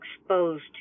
exposed